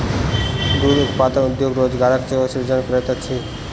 दूध उत्पादन उद्योग रोजगारक सेहो सृजन करैत अछि